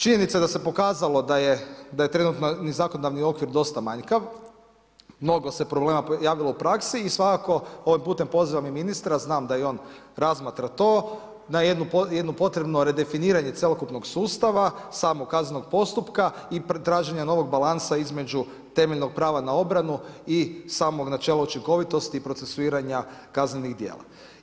Činjenica da se pokazalo da je trenutno zakonodavni okvir dosta manjkav, mnogo se problema javilo u praksi i svakako ovim putem pozivam i ministra, znam da i on razmatra to na jedno potrebno redefiniranje cjelokupnog sustava, samog kaznenog postupka i traženja novog balansa između temeljnog prava na obranu i samog načela učinkovitosti i procesuiranja kaznenih djela.